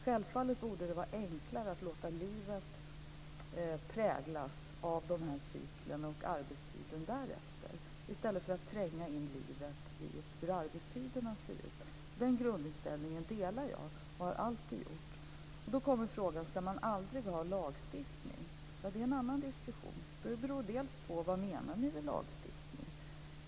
Självfallet borde det vara enklare att låta livet präglas av de här cyklerna och arbetstiden därefter i stället för att tränga in livet i hur arbetstiderna ser ut. Den grundinställningen har också jag, och den har jag alltid haft. Sedan har vi frågan: Ska man då aldrig ha lagstiftning? Ja, det är en annan diskussion. Det beror ju på vad vi menar med lagstiftning.